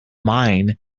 mine